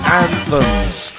anthems